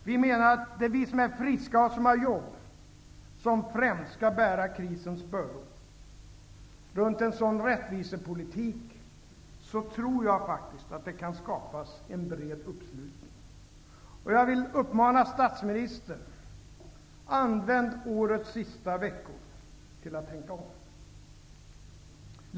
Vi menar att det främst är vi som är friska och som har jobb som skall bära krisens bördor. Jag tror att det kan skapas en bred uppslutning runt en sådan rättvisepolitik. Jag vill uppmana statsministern att använda årets sista veckor till att tänka om.